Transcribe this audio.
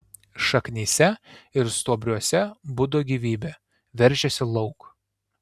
šaknyse ir stuobriuose budo gyvybė veržėsi lauk